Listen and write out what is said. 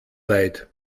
leid